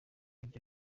ivyo